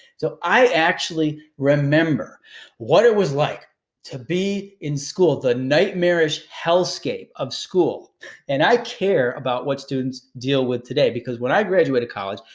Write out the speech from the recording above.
so i actually remember what it was like to be in school, the nightmarish hell scape of school and i care about what students deal with today. because when i graduated college,